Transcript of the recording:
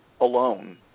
alone